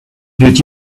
did